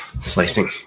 slicing